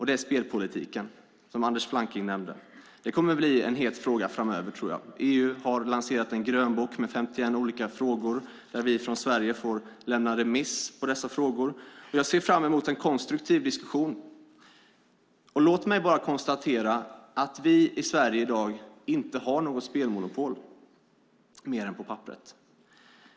Det är spelpolitiken, som Anders Flanking nämnde. Det kommer att bli en het fråga framöver, tror jag. EU har lanserat en grönbok med 51 olika frågor. Vi får från Sverige lämna remissvar på dessa frågor. Jag ser fram emot en konstruktiv diskussion. Låt mig bara konstatera att vi i Sverige i dag inte har något spelmonopol, mer än på papperet.